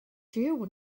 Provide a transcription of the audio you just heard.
jiw